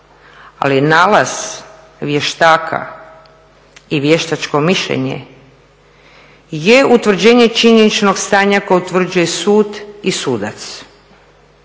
ali nalaz vještaka i vještačko mišljenje je utvrđenje činjeničnog stanja koje utvrđuje sud i sudac.